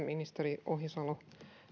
ministeri ohisalo